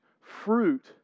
fruit